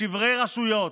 לשברי רשויות,